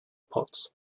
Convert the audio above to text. pots